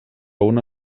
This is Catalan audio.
una